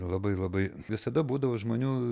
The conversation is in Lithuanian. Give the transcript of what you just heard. labai labai visada būdavo žmonių